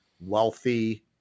wealthy